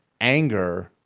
anger